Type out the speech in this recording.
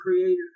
Creator